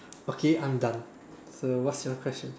okay I'm done so what's your question